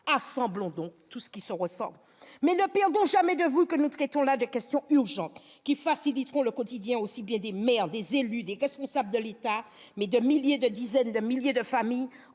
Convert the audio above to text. Assemblons donc tout ce qui se ressemble. Mais ne perdons jamais de vue que nous traitons là de questions urgentes, qui faciliteront le quotidien aussi bien des maires, des élus, des responsables de l'État que de milliers, de dizaines de milliers de familles